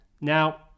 Now